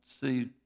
see